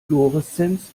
fluoreszenz